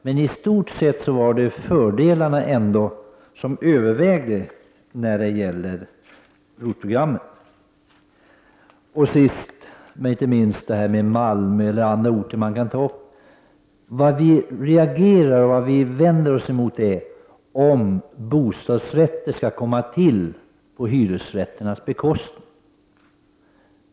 Men i stort sett övervägde ändå fördelarna med ROT-programmet. Till sist, men inte minst, vill jag nämna Malmö och andra orter. Vad vi socialdemokrater reagerar och vänder oss mot är om bostadsrätter skall tillskapas på hyresrätternas bekostnad.